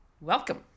welcome